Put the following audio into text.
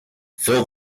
fill